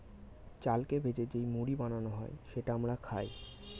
চালকে ভেজে যেই মুড়ি বানানো হয় সেটা আমরা খাই